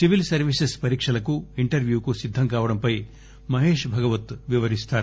civil services పరీక్షలకు ఇంటర్ప్యూకు సిద్దం కావడంపై మహేష్ భగవత్ వివరిస్తారు